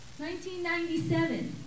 1997